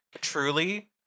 truly